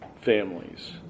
families